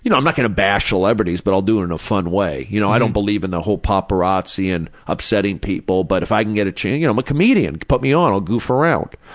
you know i'm not gonna bash celebrities but i'll do it in a fun way. you know, i don't believe in the whole paparazzi and upsetting people but if i can get a chance i'm a comedian, put me on, i'll goof around.